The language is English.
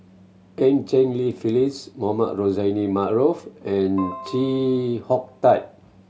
Eu Cheng Li Phyllis Mohamed Rozani Maarof and Chee Hong Tat